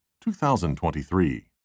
2023